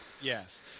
Yes